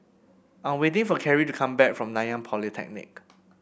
I'm waiting for Kerri to come back from Nanyang Polytechnic